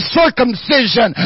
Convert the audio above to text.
circumcision